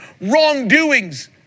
wrongdoings